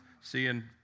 seeing